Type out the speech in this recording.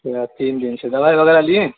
اچّھا تین دن سے دوائی وغیرہ لئیں